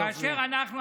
גפני.